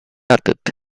atât